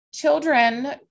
Children